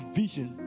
vision